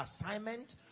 assignment